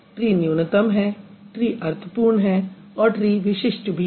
tree न्यूनतम है tree अर्थपूर्ण है और ट्री विशिष्ट भी है